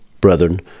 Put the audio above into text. brethren